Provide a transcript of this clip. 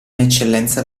eccellenza